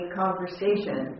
conversation